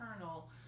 internal